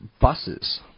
buses